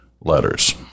letters